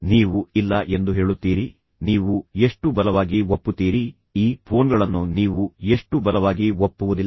ನೀವು ಇಲ್ಲ ಎಂದು ಹೇಳುತ್ತೀರಿ ನೀವು ಎಷ್ಟು ಬಲವಾಗಿ ಒಪ್ಪುತ್ತೀರಿ ಈ ಫೋನ್ಗಳನ್ನು ನೀವು ಎಷ್ಟು ಬಲವಾಗಿ ಒಪ್ಪುವುದಿಲ್ಲ